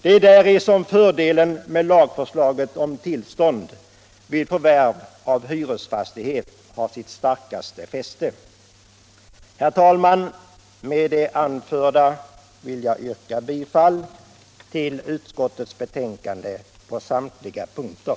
Det är den största fördelen med lagförslaget om tillstånd vid förvärv av hyresfastighet. Herr talman! Med det anförda yrkar jag bifall till utskottets hemställan på samtliga punkter.